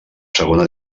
segona